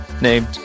named